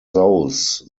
those